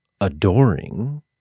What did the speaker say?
adoring